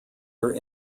are